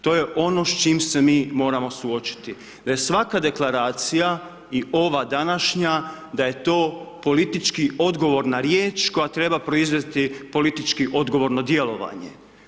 To je ono s čim se mi moramo suočiti da je svaka deklaracija i ova današnja da je to politički odgovorna riječ koja treba proizvesti politički odgovorno djelovanje.